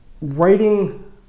writing